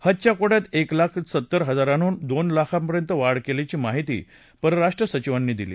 हाजच्या को ्विात एक लाख सत्तर हजारांवरून दोन लाखांपर्यंत वाढ केल्याची माहिती परराष्ट्र सचिवांनी दिली